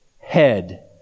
head